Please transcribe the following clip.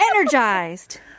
energized